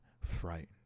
frightened